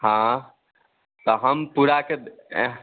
हाँ तो हम पूडा के दे